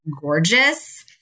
gorgeous